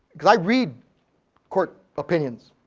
but i read court opinion.